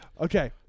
Okay